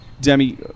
Demi